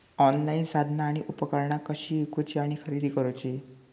Online साधना आणि उपकरणा कशी ईकूची आणि खरेदी करुची?